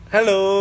Hello